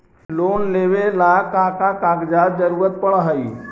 Loan लेवेला का का कागजात जरूरत पड़ हइ?